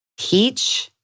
peach